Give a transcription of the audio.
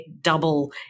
double